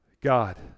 God